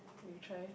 you try